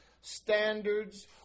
standards